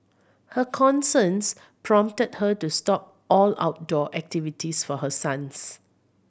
her concerns prompted her to stop all outdoor activities for her sons